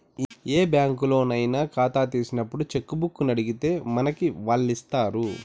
ఏ బ్యాంకులోనయినా కాతా తీసినప్పుడు చెక్కుబుక్కునడిగితే మనకి వాల్లిస్తారు